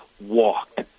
walked